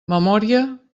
memòria